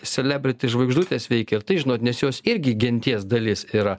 selebriti žvaigždutės veikia tai žinot nes jos irgi genties dalis yra